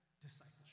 discipleship